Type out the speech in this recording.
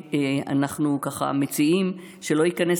האמור בסעיף 1, אנחנו מציעים שלא ייכנס